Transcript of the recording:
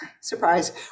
surprise